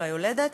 של היולדת,